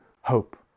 hope